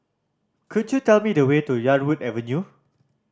could you tell me the way to Yarwood Avenue